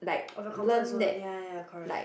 the comfort zone ya ya ya correct